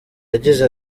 yagize